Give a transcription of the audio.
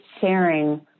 sharing